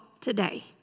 today